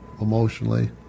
emotionally